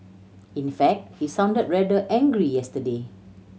in fact he sounded rather angry yesterday